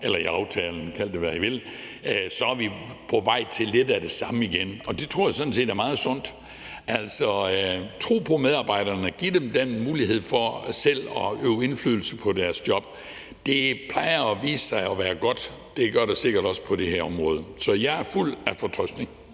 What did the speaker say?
eller aftalen – kald det, hvad I vil – er vi på vej til lidt af det samme igen, og det tror jeg sådan set er meget sundt. At tro på medarbejderne og give dem den mulighed for selv at øve indflydelse på deres job plejer at vise sig at være godt, og det gør det sikkert også på det her område. Så jeg er fuld af fortrøstning.